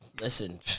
listen